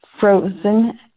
frozen